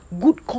Good